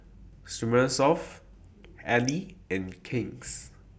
Smirnoff Elle and King's